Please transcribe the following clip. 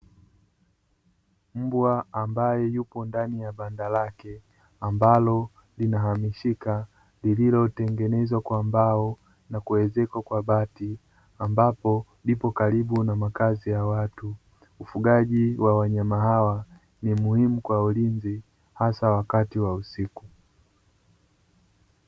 Mbwa ambaye yupo ndani ya banda lake ambalo linahamishika lililotengenezwa kwa mbao na kuezekwa kwa bati, ambapo lipo karibu na makazi ya watu. Ufugaji wa wanyama hawa ni muhimu kwa ulinzi hasa wakati wa usiku.